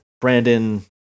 brandon